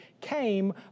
came